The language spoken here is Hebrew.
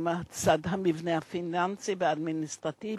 הפיננסי והאדמיניסטרטיבי,